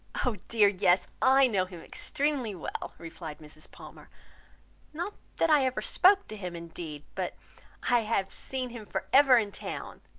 oh dear, yes i know him extremely well, replied mrs. palmer not that i ever spoke to him, indeed but i have seen him for ever in town.